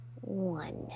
one